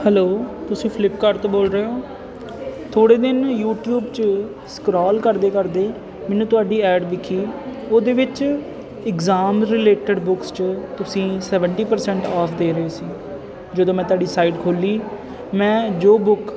hello ਤੁਸੀਂ ਫਲਿਪਕਾਡ ਤੋਂ ਬੋਲ ਰਹੇ ਹੋ ਥੋੜ੍ਹੇ ਦਿਨ ਯੂਟਿਊਬ 'ਚ ਸਕਰੋਲ ਕਰਦੇ ਕਰਦੇ ਮੈਨੂੰ ਤੁਹਾਡੀ ਐਡ ਦਿਖੀ ਉਹਦੇ ਵਿੱਚ ਇਗਜ਼ਾਮ ਰਿਲੇਟਡ ਬੁੱਕਸ 'ਚ ਤੁਸੀਂ ਸੈਵਨਟੀ ਪ੍ਰਸੈਂਟ ਔਫ ਦੇ ਰਹੇ ਸੀ ਜਦੋਂ ਮੈਂ ਤੁਹਾਡੀ ਸਾਈਡ ਖੋਲ੍ਹੀ ਮੈਂ ਜੋ ਬੁੱਕ